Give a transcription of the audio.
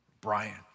Brian